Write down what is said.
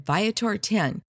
Viator10